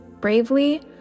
bravely